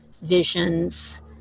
visions